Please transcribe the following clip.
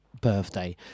birthday